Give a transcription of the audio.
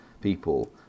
people